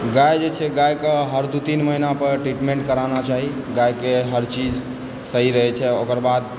गाय जे छै गैकेँ हर दू तीन महीनापर ट्रीटमेण्ट कराना चाही गैके हर चीज सही रहैत छै ओकर बाद